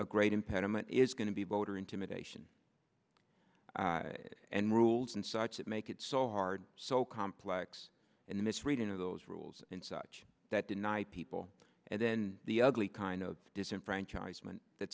a great impediment is going to be voter intimidation and rules and such that make it so hard so complex and misreading of those rules in such that deny people and then the ugly kind of disenfranchisement that